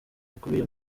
bikubiye